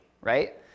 right